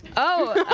oh,